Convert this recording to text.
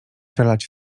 czeladź